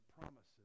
promises